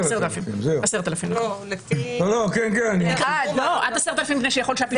10,000. עד 10,000 מפני שיכול להיות שהפיצוי פחות.